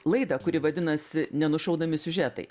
laidą kuri vadinasi nenušaunami siužetai